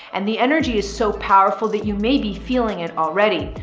and the energy is so powerful that you may be feeling it already.